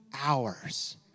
hours